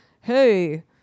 hey